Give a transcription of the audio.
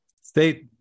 State